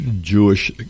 Jewish